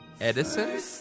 Edison